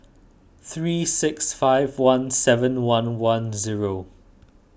three six five one seven one one zero